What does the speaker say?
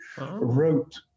wrote